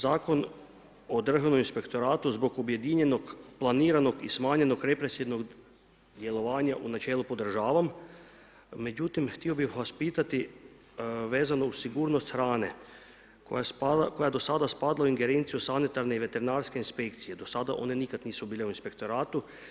Zakon o Državnom inspektoratu zbog objedinjenog planiranom smanjenog i represivnog djelovanja u načelu podržavam, međutim htio bi vas pitati vezano uz sigurnost hrane koja je do sada spadala u ingerenciju sanitarne i veterinarske inspekcije, do sada one nikad nisu bile u inspektoratu.